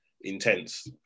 intense